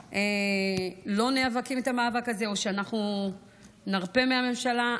לא נאבקים את המאבק הזה או שאנחנו נרפה מהממשלה.